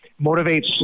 motivates